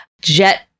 jet